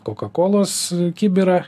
kokakolos kibirą